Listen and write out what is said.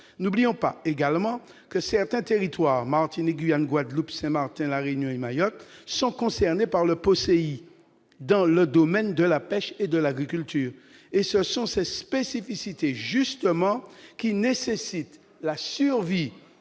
N'oublions pas également que certains territoires- Martinique, Guyane, Guadeloupe, Saint-Martin, La Réunion et Mayotte -sont concernés par le POSEI dans le domaine de la pêche et de l'agriculture. Ce sont ces spécificités qui nécessitent la survie